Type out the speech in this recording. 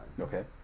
Okay